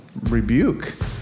rebuke